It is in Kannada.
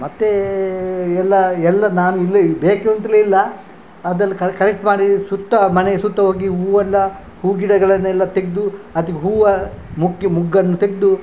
ಮತ್ತು ಎಲ್ಲ ಎಲ್ಲ ನಾನು ಇಲ್ಲಿ ಬೇಕಂತಲೇಯಿಲ್ಲ ಅದೆಲ್ಲ ಕರೆಕ್ಟ್ ಮಾಡಿ ಸುತ್ತ ಮನೆಯ ಸುತ್ತ ಹೋಗಿ ಹೂವೆಲ್ಲ ಹೂ ಗಿಡಗಳನ್ನೆಲ್ಲ ತೆಗೆದು ಅದು ಹೂವು ಮೊಗ್ಗೆ ಮೊಗ್ಗನ್ನು ತೆಗೆದು